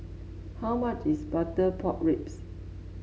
how much is Butter Pork Ribs